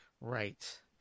Right